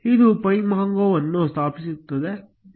ಇದು pymongoವನ್ನು ಸ್ಥಾಪಿಸುತ್ತದೆ